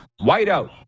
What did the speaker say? whiteout